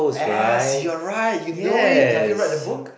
yes you're right you know it have you read the book